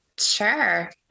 Sure